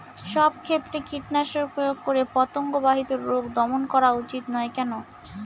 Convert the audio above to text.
সব ক্ষেত্রে কীটনাশক প্রয়োগ করে পতঙ্গ বাহিত রোগ দমন করা উচিৎ নয় কেন?